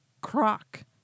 croc